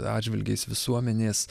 atžvilgiais visuomenės